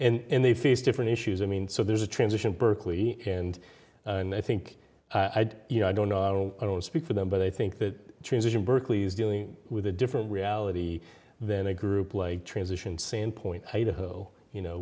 so and they face different issues i mean so there's a transition berkeley and i think i'd you know i don't i don't speak for them but i think that transition berkeley's dealing with a different reality than a group like transition sandpoint idaho you know